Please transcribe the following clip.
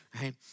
right